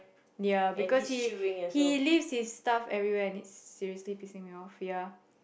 ya because he he leave his stuff everywhere and it's seriously pissing me off ya